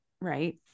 Right